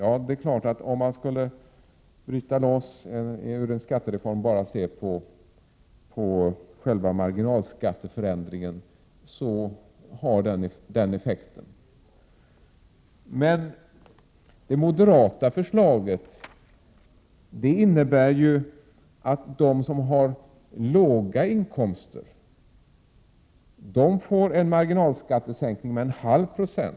Ja, det är klart att om man skulle bryta loss en del av skattereformen och bara se till själva marginalskatteför ändringen skulle det få den effekten. Det moderata förslaget innebär emellertid att de som har låga inkomster får en marginalskattesänkning med 0,5 26.